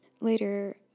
later